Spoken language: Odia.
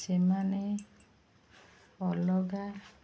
ସେମାନେ ଅଲଗା